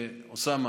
אוסאמה,